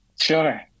Sure